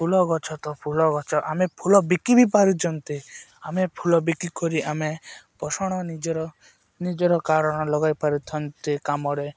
ଫୁଲ ଗଛ ତ ଫୁଲ ଗଛ ଆମେ ଫୁଲ ବିକି ବି ପାରୁଛନ୍ତି ଆମେ ଫୁଲ ବିକି କରି ଆମେ ପୋଷଣ ନିଜର ନିଜର କାରଣ ଲଗାଇ ପାରୁଥାନ୍ତି କାମରେ